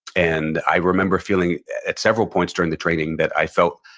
and i remember feeling at several points during the training that i felt